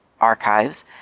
archives